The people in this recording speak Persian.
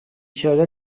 چاره